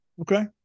Okay